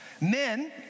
Men